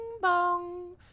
bong